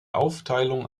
aufteilung